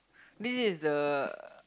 this is the